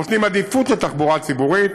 נותנים עדיפות לתחבורה הציבורית.